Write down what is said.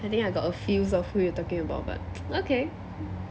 I think I got a feels of who you are talking about but okay